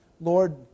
Lord